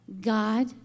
God